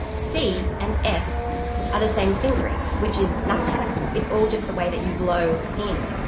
and c and f are the same fingering, which is nothing, it's all just the way that you blow in.